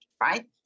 right